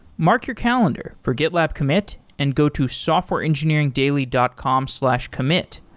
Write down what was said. mark your calendar for gitlab commit and go to softwareengineeringdaily dot com slash commit.